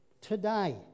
Today